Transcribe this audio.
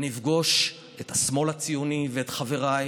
ואני אפגוש את השמאל הציוני ואת חבריי,